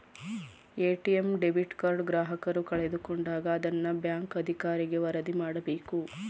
ATM debit card ಗ್ರಾಹಕರು ಕಳೆದುಕೊಂಡಾಗ ಅದನ್ನ ಬ್ಯಾಂಕ್ ಅಧಿಕಾರಿಗೆ ವರದಿ ಮಾಡಬೇಕು